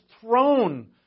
throne